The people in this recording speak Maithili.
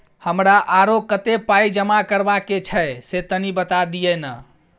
हमरा आरो कत्ते पाई जमा करबा के छै से तनी बता दिय न?